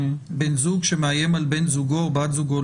בן זוג שמאיים על בן זוגו או בת זוגו,